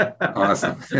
Awesome